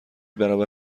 برابر